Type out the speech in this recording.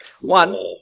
One